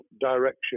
direction